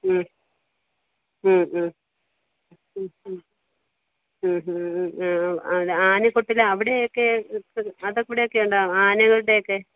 ഹ് ഹ് ആന ആന കൊട്ടിൽ അവിടെയൊക്കെ അതവിടെയൊക്കെ ഉണ്ടോ ആനകളുടെയൊക്കെ